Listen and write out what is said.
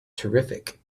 terrific